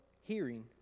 hearing